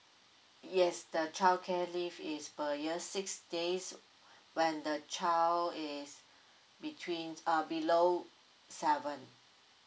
yes the childcare leave is per year six days when the child is between uh below seven